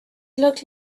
looked